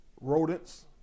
rodents